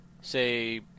say